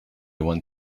want